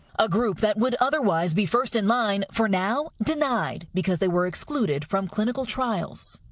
a group that would otherwise be first in line for now denied because they were excluded from clinical trials.